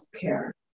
care